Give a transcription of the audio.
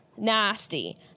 nasty